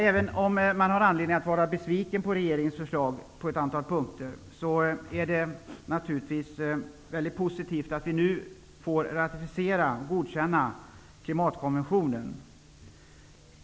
Även om det finns anledning att vara besviken på ett antal punkter i regeringens förslag, är det naturligtvis positivt att vi nu får tillfälle att ratificera klimatkonventionen.